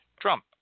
Trump